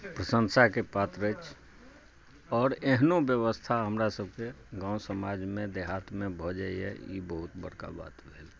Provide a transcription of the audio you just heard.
प्रशंसाके पात्र अछि आओर एहनो व्यवस्था हमरासभके गाँव समाजमे देहातमे भऽ जाइए ई बहुत बड़का बात भेल